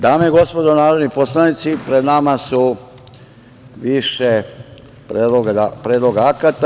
Dame i gospodo narodni poslanici, pred nama su više predloga akta.